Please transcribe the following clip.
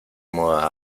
moda